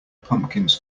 pumpkins